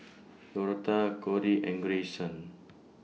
Dortha Kori and Greyson